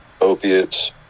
opiates